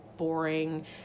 Boring